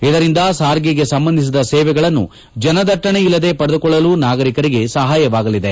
ಇದರಿಂದ ಸಾರಿಗೆಗೆ ಸಂಬಂಧಿಸಿದ ಸೇವೆಗಳನ್ನು ಜನದಟ್ಟಣೆ ಇಲ್ಲದೆ ಪಡೆದುಕೊಳ್ಳಲು ನಾಗರಿಕರಿಗೆ ಸಹಾಯವಾಗಲಿದೆ